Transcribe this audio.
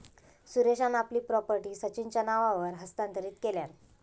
सुरेशान आपली प्रॉपर्टी सचिनच्या नावावर हस्तांतरीत केल्यान